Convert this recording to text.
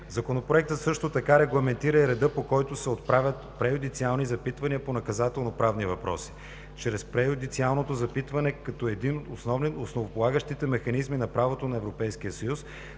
Законопроектът също така регламентира и реда, по който се отправят преюдициални запитвания по наказателноправни въпроси. Чрез преюдициалното запитване, като един от основополагащите механизми на правото на Европейския съюз,